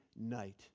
night